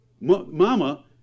Mama